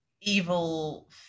evil